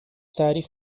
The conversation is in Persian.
تعریف